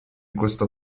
questo